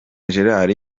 gerard